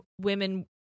women